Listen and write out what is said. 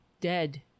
Dead